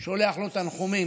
אני שולח לו תנחומים,